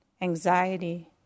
anxiety